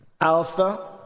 Alpha